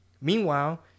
Meanwhile